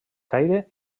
caire